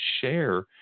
share